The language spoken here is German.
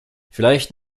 vielleicht